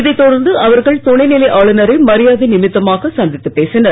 இதை தொடர்ந்து அவர்கள் துணைநிலை ஆளுநரை மரியாதை நிமித்தமாக சந்தித்து பேசினர்